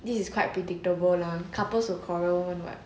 this is quite predictable lah couples will quarrel [one] [what]